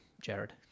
Jared